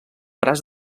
braç